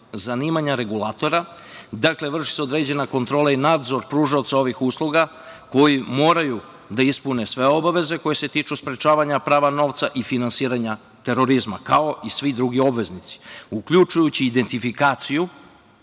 zanimanja regulatora. Dakle, vrši se određene kontrola i nadzor pružanja ovih usluga koji moraju da ispune sve obaveze koje se tiču sprečavanja pranja novca i finansiranja terorizma, kao i svi drugi obveznici, uključujući identifikaciju